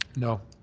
no.